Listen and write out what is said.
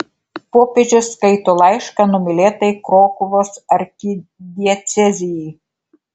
popiežius skaito laišką numylėtai krokuvos arkidiecezijai